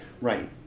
Right